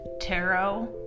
tarot